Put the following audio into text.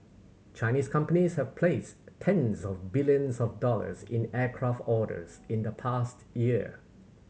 Chinese companies have placed tens of billions of dollars in aircraft orders in the past year